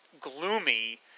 gloomy